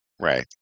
Right